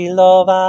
love